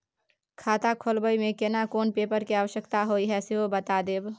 खाता खोलैबय में केना कोन पेपर के आवश्यकता होए हैं सेहो बता देब?